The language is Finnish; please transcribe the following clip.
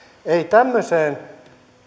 eivät tämmöiseen